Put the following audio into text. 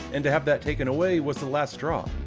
and to have that taken away was the last straw.